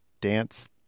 Dance